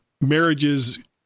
marriages